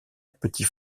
petit